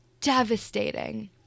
devastating